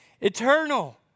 eternal